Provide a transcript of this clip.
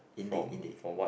indeed indeed